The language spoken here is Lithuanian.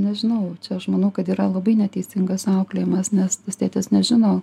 nežinau čia aš manau kad yra labai neteisingas auklėjimas nes tas tėtis nežino